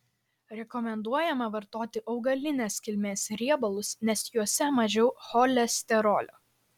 rekomenduojama vartoti augalinės kilmės riebalus nes juose mažiau cholesterolio